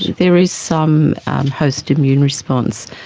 there is some post immune response,